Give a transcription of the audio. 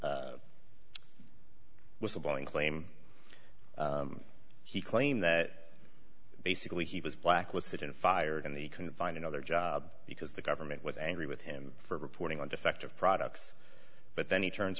whistle blowing claim he claimed that basically he was blacklisted and fired and he can find another job because the government was angry with him for reporting on defective products but then he turns